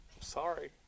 sorry